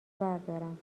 بردارم